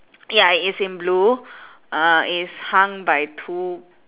ya it is in blue uh it's hung by two